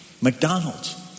McDonald's